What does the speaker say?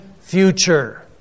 future